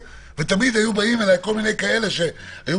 תמיד היו באים אלי כל מיני כאלה שהיו